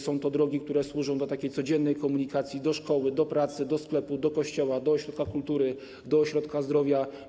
Są to drogi, które służą do codziennej komunikacji, do szkoły, do pracy, do sklepu, do kościoła, do ośrodka kultury, do ośrodka zdrowia.